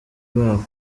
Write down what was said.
babo